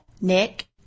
Nick